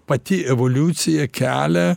pati evoliucija kelia